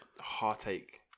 heartache